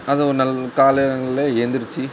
அது ஒரு நல் காலைங்களில் எந்துருச்சு